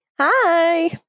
Hi